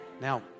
Now